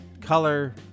color